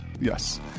yes